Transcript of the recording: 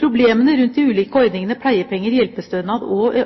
Problemene rundt de ulike ordningene pleiepenger, hjelpestønad og